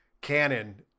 canon